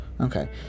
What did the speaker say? Okay